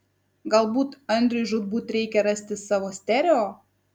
galbūt andriui žūtbūt reikia rasti savo stereo